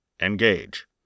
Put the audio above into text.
Engage